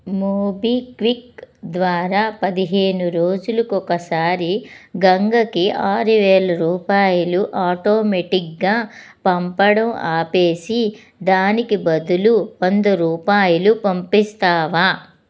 MobiKwik ద్వారా పదిహేను రోజులకి ఒకసారి గంగకి ఆరు వేల రూపాయలు ఆటోమేటిగ్గా పంపడం ఆపేసి దానికి బదులు వంద రూపాయలు పంపిస్తావా